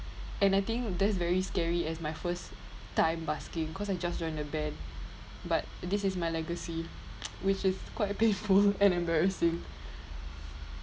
and I think that's very scary as my first time busking cause I just joined the band but this is my legacy which is quite painful and embarrassing